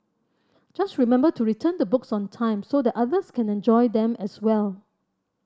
just remember to return the books on time so that others can enjoy them as well